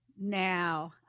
Now